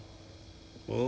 so like !wah!